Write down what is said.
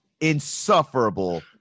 insufferable